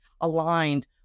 aligned